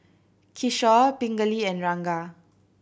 Kishore Pingali and Ranga